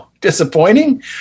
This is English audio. disappointing